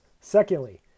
Secondly